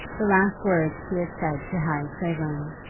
the last words she had said to harry clavering.